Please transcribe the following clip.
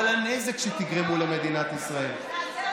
אבל הנזק שתגרמו למדינת ישראל, נעשה יותר טוב מכם.